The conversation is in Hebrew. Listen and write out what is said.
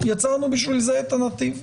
יצרנו בשביל זה את הנתיב.